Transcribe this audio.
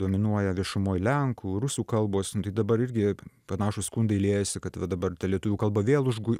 dominuoja viešumoj lenkų rusų kalbos dabar irgi panašūs skundai liejasi kad va dabar ta lietuvių kalba vėl užgui